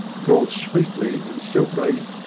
called sweetly and silkily,